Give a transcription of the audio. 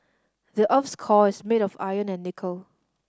the earth's core is made of iron and nickel